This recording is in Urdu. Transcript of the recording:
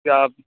کیا آپ